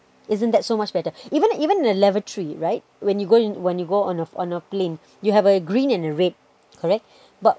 isn't that so much better even even in the lavatory right when you go when you go on a on a plane you have a green and red correct but